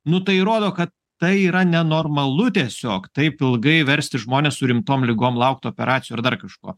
nu tai rodo kad tai yra nenormalu tiesiog taip ilgai versti žmones su rimtom ligom laukt operacijų ar dar kažko